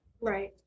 Right